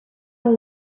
will